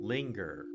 Linger